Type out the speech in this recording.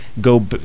go